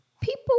people